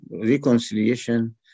reconciliation